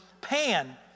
Pan